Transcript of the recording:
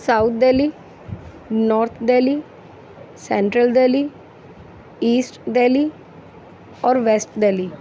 south Delhi North Delhi Central Delhi East Delhi اور West Delhi